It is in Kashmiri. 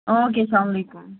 او کے السلامُ علیکُم